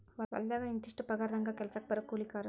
ಹೊಲದಾಗ ಇಂತಿಷ್ಟ ಪಗಾರದಂಗ ಕೆಲಸಕ್ಜ ಬರು ಕೂಲಿಕಾರರು